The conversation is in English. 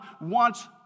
wants